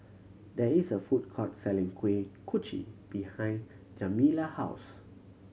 there is a food court selling Kuih Kochi behind Kamilah house